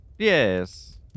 Yes